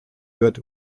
wird